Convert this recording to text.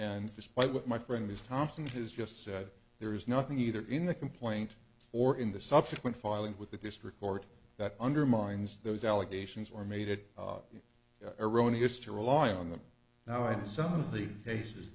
and despite what my friend ms thompson his just said there is nothing either in the complaint or in the subsequent filing with the district court that undermines those allegations were made it erroneous to rely on the now in some of the cas